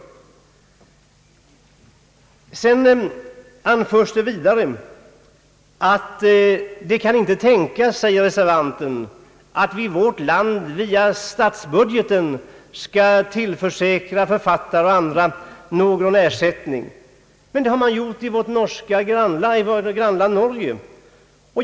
Reservanten framhåller vidare att det inte kan tänkas att vi i vårt land via statsbudgeten skall tillförsäkra författare och andra någon ersättning. Men det har man gjort i vårt grannland Norge!